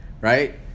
right